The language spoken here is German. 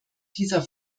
dieser